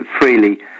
freely